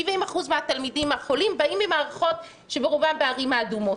70% מהתלמידים החולים באים ממערכות שברובן בערים האדומות.